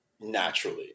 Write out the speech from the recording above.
naturally